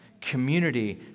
Community